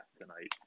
tonight